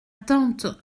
tante